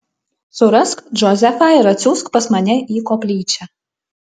surask džozefą ir atsiųsk pas mane į koplyčią